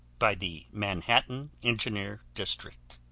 by the manhattan engineer district,